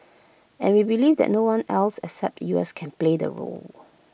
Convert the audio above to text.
and we believe that no one else except the U S can play the role